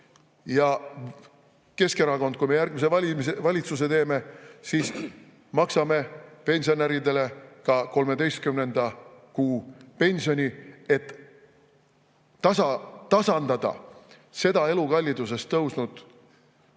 Ja Keskerakond, kui me järgmise valitsuse teeme, siis maksame pensionäridele ka 13. kuu pensioni, et tasandada seda elukallidusest tõusnud kuristikku